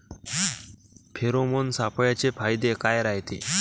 Pheromone सापळ्याचे फायदे काय रायते?